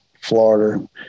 Florida